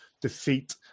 defeat